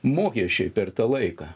mokesčiai per tą laiką